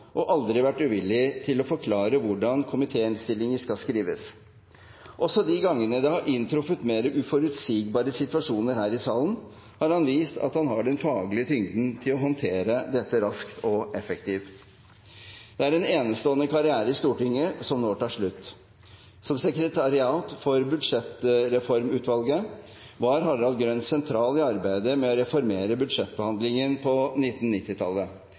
og aldri vært uvillig til å forklare hvordan komitéinnstillinger skal skrives. Også de gangene det har inntruffet mer uforutsigbare situasjoner her i salen, har han vist at han har den faglige tyngden til å håndtere dette raskt og effektivt. Det er en enestående karriere i Stortinget som nå tar slutt. Som medlem av sekretariatet for budsjettreformutvalget var Harald Grønn sentral i arbeidet med å reformere budsjettbehandlingen på